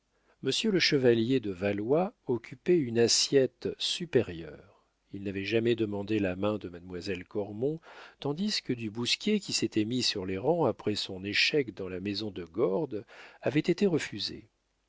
monsieur le chevalier de valois occupait une assiette supérieure il n'avait jamais demandé la main de mademoiselle cormon tandis que du bousquier qui s'était mis sur les rangs après son échec dans la maison de gordes avait été refusé